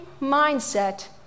mindset